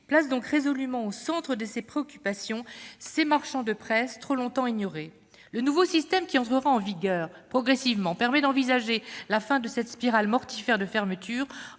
place résolument au centre de ses préoccupations ces marchands de presse trop longtemps ignorés. Le nouveau système, qui entrera en vigueur progressivement, permet d'envisager la fin de cette spirale mortifère de fermetures